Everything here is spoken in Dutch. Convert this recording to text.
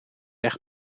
echt